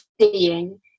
seeing